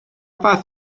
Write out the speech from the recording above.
fath